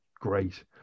great